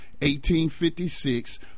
1856